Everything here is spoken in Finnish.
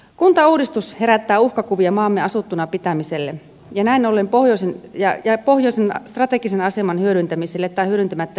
kuntauudistus herättää uhkakuvia maamme asuttuna pitämiselle ja näin ollen pohjoisen jää ja pohjoisen strategisen aseman hyödyntämiselle tai hyödyntämättä jättämiselle